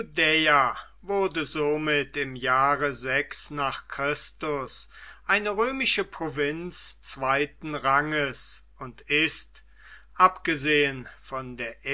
wurde somit im jahre nach christus eine römische provinz zweiten ranges und ist abgesehen von der